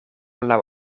laŭ